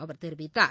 அவர் தெரிவித்தார்